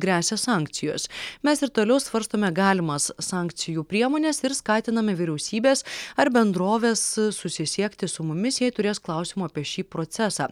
gresia sankcijos mes ir toliau svarstome galimas sankcijų priemones ir skatiname vyriausybes ar bendroves susisiekti su mumis jei turės klausimų apie šį procesą